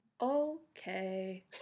Okay